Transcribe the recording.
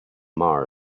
mars